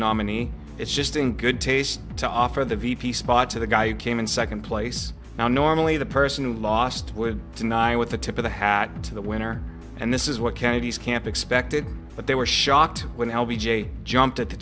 nominee it's just in good taste to offer the v p spot to the guy who came in second place now normally the person who lost would deny with the tip of the hat to the winner and this is what kennedy's camp expected but they were shocked when l b j jumped at the